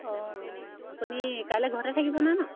অঁ অঁ আপুনি কাইলৈ ঘৰতে থাকিব ন